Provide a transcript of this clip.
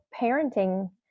parenting